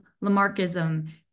Lamarckism